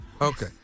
Okay